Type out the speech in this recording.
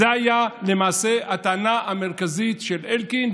זו הייתה למעשה הטענה המרכזית של אלקין,